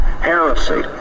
heresy